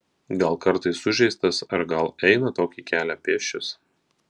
gal kartais sužeistas ar gal eina tokį kelią pėsčias